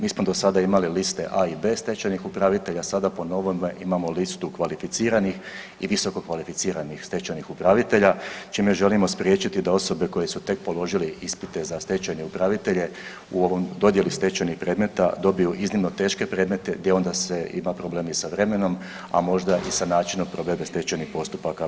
Mi smo do sada imali A i B stečajnih upravitelja, sada po novome imamo listu kvalificiranih i visokokvalificiranih stečajnih upravitelja čime želimo spriječiti da osobe koje su tek položile ispite za stečajne upravitelja u ovom, dodijeli stečajnih predmeta dobiju iznimno teške predmete gdje onda se ima problem i sa vremenom, a možda i sa načinom provedbe stečajnih postupaka.